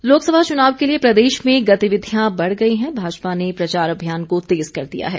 प्रचार लोकसभा चुनाव के लिए प्रदेश में गतिविधियां बढ़ गई हैं भाजपा ने प्रचार अभियान को तेज कर दिया गया है